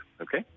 okay